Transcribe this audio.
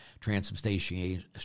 Transubstantiation